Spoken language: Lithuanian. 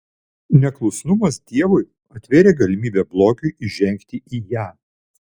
neklusnumas dievui atvėrė galimybę blogiui įžengti į ją